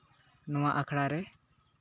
ᱱᱚᱣᱟ ᱟᱠᱷᱲᱟ ᱨᱮ